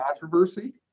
controversy